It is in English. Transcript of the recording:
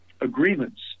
agreements